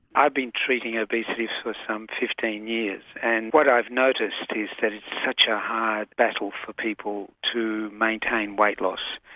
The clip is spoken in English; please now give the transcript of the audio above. i've been treating obesity for some fifteen years and what i've noticed is that it is such a hard battle for people to maintain weight loss.